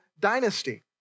dynasty